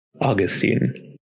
Augustine